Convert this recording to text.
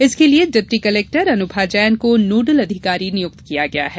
इसके लिए deputy collector Anubha Jain को नोडल अधिकारी नियुक्त किया गया है